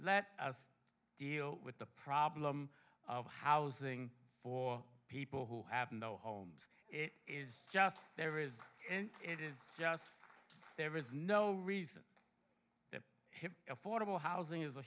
let us deal with the problem of housing for people who have no homes it is just there is it is just there is no reason affordable housing is a